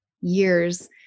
years